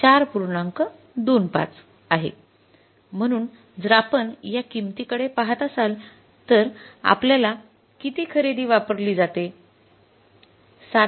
२५ आहे म्हणून जर आपण या किंमतीकडे पाहत असाल तर आम्हाला किती खरेदी वापरली जाते